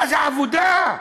זה עבודה,